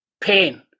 pain